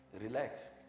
Relax